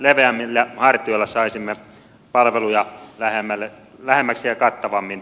leveämmillä hartioilla saisimme palveluja lähemmäksi ja kattavammin